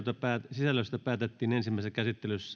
sisällöstä päätettiin ensimmäisessä käsittelyssä lopuksi